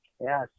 yes